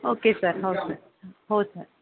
okay sir हो sir हो sir